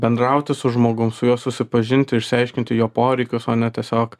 bendrauti su žmogum su juo susipažinti išsiaiškinti jo poreikius o ne tiesiog